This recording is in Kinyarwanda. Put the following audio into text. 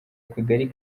akagari